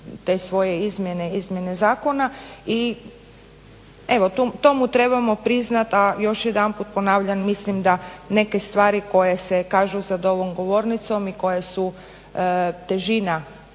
te svoje izmjene zakona i evo to mu trebamo priznat, a još jedanput ponavljam, mislim da neke stvari koje se kažu za ovom govornicom i koje su težina